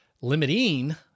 limiting